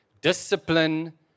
discipline